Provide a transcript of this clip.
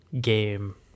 game